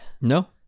no